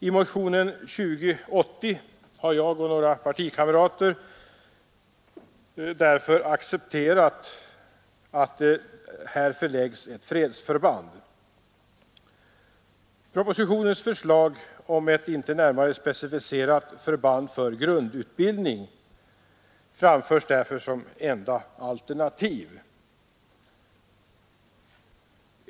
I motionen 2080 har därför några partikamrater och jag accepterat förslaget att ett fredsförband förläggs dit. Propositionens förslag om ett inte närmare specificerat förband för grundutbildning framförs därför som enda alternativ.